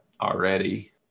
already